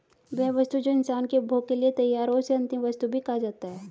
वह वस्तु जो इंसान के उपभोग के लिए तैयार हो उसे अंतिम वस्तु भी कहा जाता है